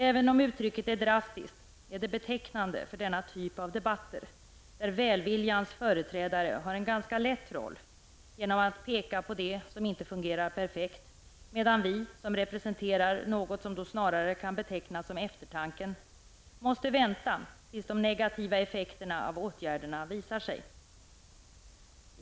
Även om uttrycket är drastiskt är det betecknande för denna typ av debatter där välviljans företrädare har en ganska lätt roll genom att peka på det som inte fungerar perfekt, medan vi som representerar något som då snarare kan betecknas som eftertanken måste vänta tills de negativa effekterna av åtgärderna visar sig.